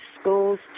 schools